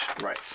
Right